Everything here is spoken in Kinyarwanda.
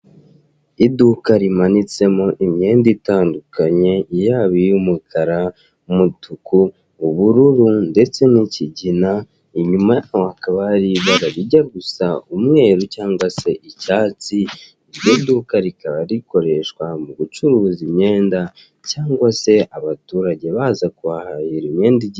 Iduka rimanitsemo imyenda itandukanye, yaba iy'umukara, umutuku, ubururu ndetse n'ikigina, inyuma yaho hakaba hari ibara rijya gusa umweru cyangwa se icyatsi, iri duka rikaba rikoreshwa mu gucuruza imyenda cyangwa se abaturage baza kuhahahira imyenda igi